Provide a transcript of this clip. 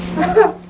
and